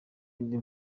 indi